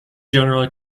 generally